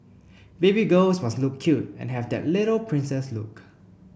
baby girls must look cute and have that little princess look